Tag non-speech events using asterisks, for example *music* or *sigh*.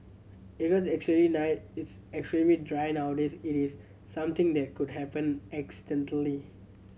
*unintelligible* actually night it's extremely dry nowadays it is something that could happened accidentally